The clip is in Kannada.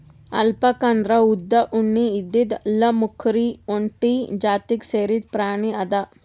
ಅಲ್ಪಾಕ್ ಅಂದ್ರ ಉದ್ದ್ ಉಣ್ಣೆ ಇದ್ದಿದ್ ಲ್ಲಾಮ್ಕುರಿ ಇದು ಒಂಟಿ ಜಾತಿಗ್ ಸೇರಿದ್ ಪ್ರಾಣಿ ಅದಾ